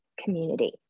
community